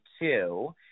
two